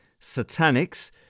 Satanics